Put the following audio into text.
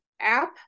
app